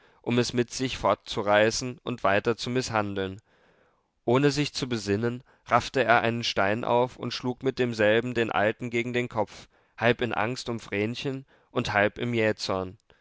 um es mit sich fortzureißen und weiter zu mißhandeln ohne sich zu besinnen raffte er einen stein auf und schlug mit demselben den alten gegen den kopf halb in angst um vrenchen und halb im jähzorn